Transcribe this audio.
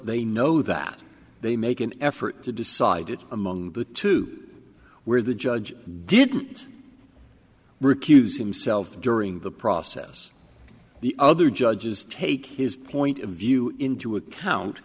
they know that they make an effort to decide it among the two where the judge didn't recuse himself during the process the other judges take his point of view into account